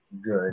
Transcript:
good